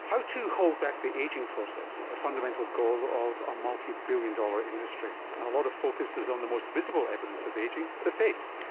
how to hold back the ageing process is the fundamental goal of a multibillion dollar industry, and a lot of focus is on the most visible evidence of ageing, the face,